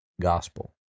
gospel